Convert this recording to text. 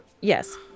yes